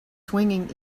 swinging